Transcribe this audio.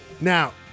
Now